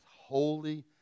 holy